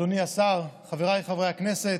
אדוני השר, חבריי חברי הכנסת,